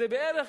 זה בערך,